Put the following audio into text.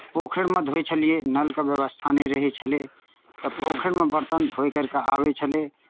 पोखरिमे धोइत छलियै नलके व्यवस्था नहि रहै छलै तऽ पोखरिमे बरतन धोए करि कऽ आबै छलै